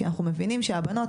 כי אנחנו מבינים שהבנות,